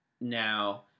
Now